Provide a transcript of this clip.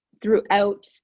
throughout